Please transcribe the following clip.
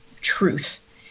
truth